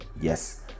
yes